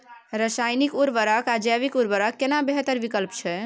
रसायनिक उर्वरक आ जैविक उर्वरक केना बेहतर विकल्प छै?